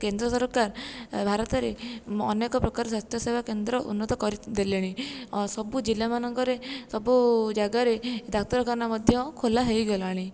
କେନ୍ଦ୍ର ସରକାର ଭାରତରେ ଅନେକ ପ୍ରକାର ସ୍ୱାସ୍ଥ୍ୟ ସେବାକେନ୍ଦ୍ର ଉନ୍ନତ କରି ଦେଲେଣି ସବୁ ଜିଲ୍ଲା ମାନଙ୍କରେ ସବୁ ଜାଗାରେ ଡାକ୍ତରଖାନା ମଧ୍ୟ ଖୋଲା ହେଇ ଗଲାଣି